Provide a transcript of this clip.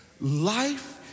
life